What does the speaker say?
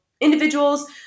individuals